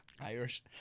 Irish